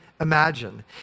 imagine